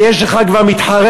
כי יש לך כבר מתחרה,